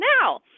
now